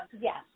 Yes